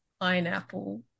Pineapple